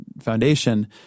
foundation